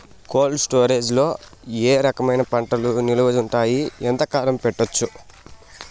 Cold storage లో ఏ రకమైన పంటలు నిలువ ఉంటాయి, ఎంతకాలం పెట్టొచ్చు?